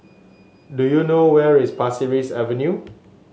do you know where is Pasir Ris Avenue